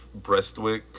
Brestwick